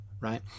right